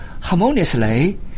harmoniously